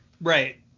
Right